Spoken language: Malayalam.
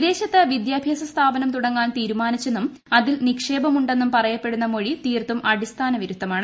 വിദേശത്ത് വിദ്യാഭ്യാസ സ്ഥാപനം തുടങ്ങാൻ ത്രീരുമാനിച്ചെന്നും അതിൽ നിക്ഷേപം ഉണ്ടെന്നും ഉള്ളതായി പൃറ്യപ്പെടുന്ന മൊഴി തീർത്തും അടിസ്ഥാന വിരുദ്ധമാണ്